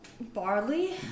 Barley